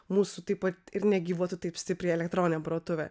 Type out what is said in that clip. mūsų taip pat ir negyvuotų taip stipriai elektroninė parduotuvė